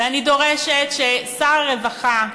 ואני דורשת ששר הרווחה,